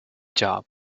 job